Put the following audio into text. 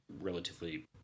relatively